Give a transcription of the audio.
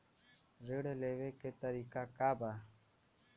ऋण लेवे के तरीका का बा?